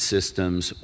Systems